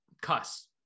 cuss